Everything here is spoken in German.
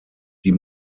die